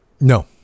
no